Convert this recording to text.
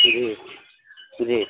جی جی